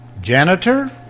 Janitor